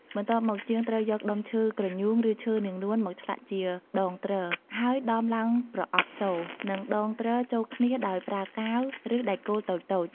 បន្ទាប់មក ជាងត្រូវយកដុំឈើគ្រញូង ឬឈើនាងនួនមកឆ្លាក់ជាដងទ្រ ហើយដំឡើងប្រអប់សូរ និងដងទ្រចូលគ្នាដោយប្រើកាវ ឬដែកគោលតូចៗ។